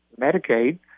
Medicaid